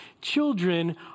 Children